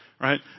Right